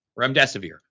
remdesivir